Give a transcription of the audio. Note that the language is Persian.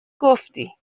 گفتی